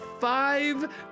five